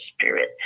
spirit